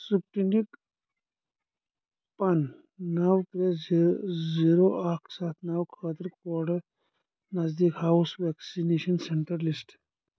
Sputnik pin نو ترٛےٚ zero اکھ ستھ نو خٲطرٕ کوڈس نزدیٖک ہاو ویکسیٖن سینٹر لسٹ